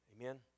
Amen